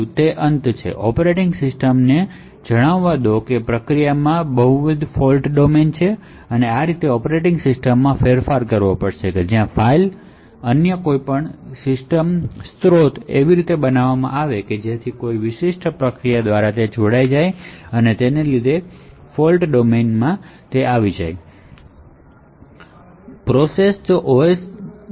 બીજો રસ્તો એ છે કે ઑપરેટિંગ સિસ્ટમને જણાવવા દો કે પ્રોસેસમાં બહુવિધ ફોલ્ટ ડોમેન છે આ રીતે ઑપરેટિંગ સિસ્ટમમાં ફેરફાર કરવો પડશે જ્યાં ફાઇલો અથવા કોઈપણ અન્ય સિસ્ટમ સ્રોતો એવી રીતે બનાવવામાં આવે છે કે જે તે કોઈ પ્રોસેસ સાથે જોડાય જાય છે અને તે જ રીતે તે ફોલ્ટ ડોમેનમાં જોડાય જાય છે